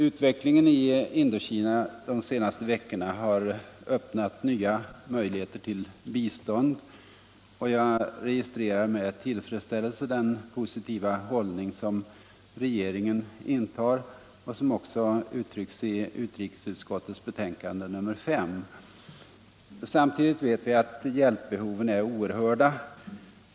Utvecklingen i Indokina de senaste veckorna har öppnat nya möjligheter till bistånd, och jag registrerar med tillfredsställelse den positiva hållning som regeringen intar och som också uttrycks i utrikesutskottets betänkande nr 5. Samtidigt vet vi att hjälpbehoven är oerhörda.